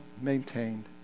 maintained